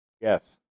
Yes